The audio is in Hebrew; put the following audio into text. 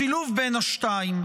השילוב בין השתיים,